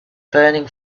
burning